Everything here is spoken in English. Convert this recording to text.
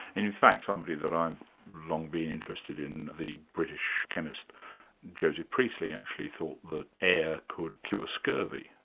in fact somebody that i've long been interested in, the british chemist joseph priestley, actually thought that air could kill a scurvy.